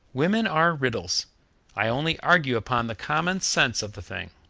women are riddles i only argued upon the common sense of the thing.